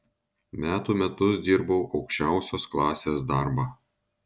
metų metus dirbau aukščiausios klasės darbą